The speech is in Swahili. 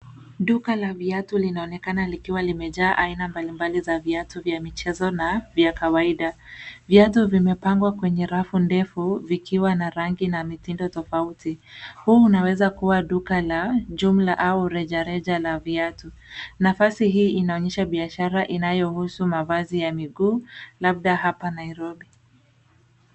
Duka la viatu linaonekana likiwa limejaa aina mbalimbali za viatu za michezo na vya kawaida. Viatu vimepangwa kwenye rafu ndefu vikiwa na rangi na mitindo tofauti. Huu unaweza kuwa duka la jumla au rejareja la viatu. Nafasi hii inaonyesha biashara inayohusu mavazi ya miguu labda hapa Nairobi.